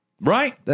Right